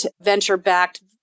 venture-backed